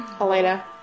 Elena